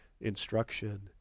instruction